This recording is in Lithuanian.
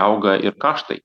auga ir kaštai